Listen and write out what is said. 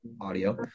audio